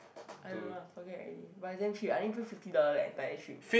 I don't know ah forget already but is damn cheap I only pay fifty dollar the entire trip